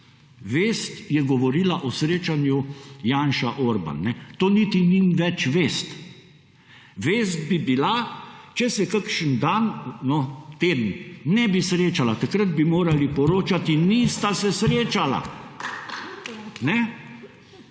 Vest je govorila o srečanju Janša Orban to niti ni več vest. Vest bi bila, če se kakšen dan no teden ne bi srečala takrat bi morala poročati nista se srečala